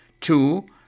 Two